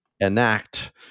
enact